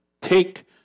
take